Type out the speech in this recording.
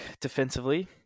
defensively